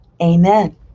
Amen